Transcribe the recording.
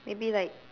maybe like